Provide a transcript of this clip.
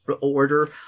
order